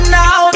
now